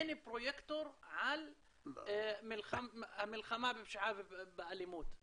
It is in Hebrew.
אין פרויקטור על המלחמה בפשיעה ובאלימות.